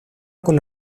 con